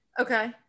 okay